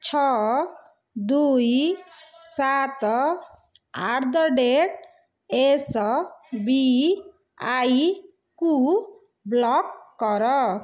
ଛଅ ଦୁଇ ସାତ ଆଟ ଦ ରେଟ ଏସ୍ବିଆଇ କୁ ବ୍ଲକ୍ କର